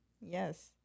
Yes